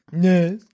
Yes